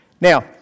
Now